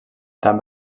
també